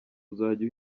uzajya